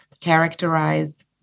characterize